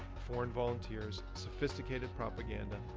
foreign volunteers, sophisticated propaganda,